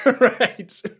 Right